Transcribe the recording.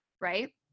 Right